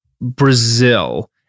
Brazil